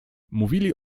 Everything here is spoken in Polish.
mówili